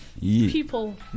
people